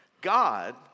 God